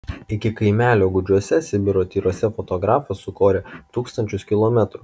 iki kaimelio gūdžiuose sibiro tyruose fotografas sukorė tūkstančius kilometrų